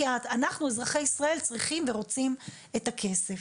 כי אנחנו אזרחי ישראל צריכים ורוצים את הכסף.